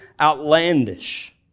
outlandish